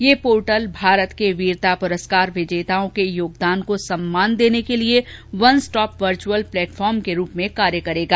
यह पोर्टल भारत के वीरता पुरस्कार विजेताओं के योगदान को सम्मान देने के लिए वन स्टॉप वर्चअल प्लेटफार्म के रूप में काम करेगा